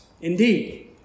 Indeed